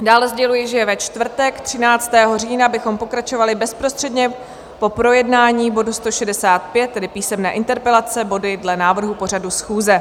Dále sděluji, že ve čtvrtek 13. října bychom pokračovali bezprostředně po projednání bodu 165, tedy písemné interpelace, body dle návrhu pořadu schůze.